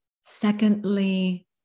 secondly